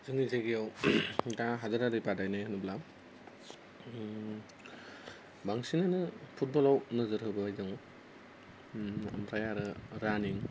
जोंनि जायगायाव दा हादरारि बादायनाय होनब्ला बांसिनानो फुटबलाव नोजोर होबोबाय दं ओमफ्राय आरो रानिं